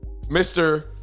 mr